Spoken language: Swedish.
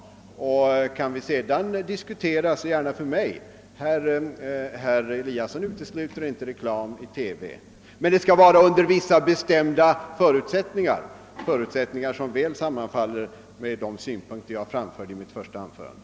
Sedan kan vi gärna för mig diskutera — herr Eliasson utesluter inte reklam i TV — men det skall vara under vissa bestämda förutsättningar, förutsättningar som mycket väl sammanfaller med de synpunkter jag framförde i mitt första anförande.